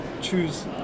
choose